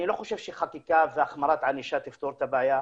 אני לא חושב שחקיקה והחמרת ענישה תפתור את הבעיה,